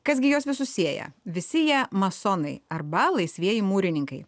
kas gi juos visus sieja visi jie masonai arba laisvieji mūrininkai